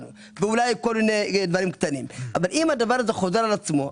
ואולי כל מיני דברים קטנים אבל אם זה חוזר על עצמו,